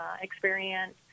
experience